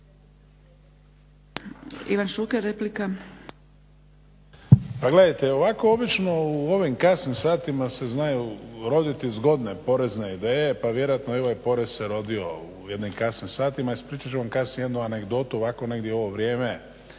Ivan (HDZ)** Pa gledajte, ovako obično u ovim kasnim satima se znaju roditi zgodne porezne ideje, pa vjerojatno i ovaj porez se rodio u jednim kasnim satima. Ispričat ću vam jednu anegdotu, ovako negdje u ovo vrijeme,